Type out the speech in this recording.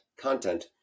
content